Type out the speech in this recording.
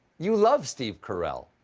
you love steve carell.